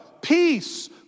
peace